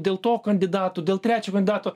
dėl to kandidato dėl trečio kandidato